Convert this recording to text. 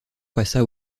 passa